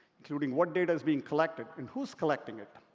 including what data is being collected and who is collecting it.